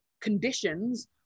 conditions